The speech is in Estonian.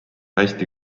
hästi